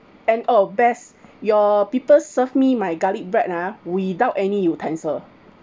and orh best your people serve me my garlic bread ah without any utensil